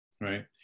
Right